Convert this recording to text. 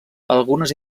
algunes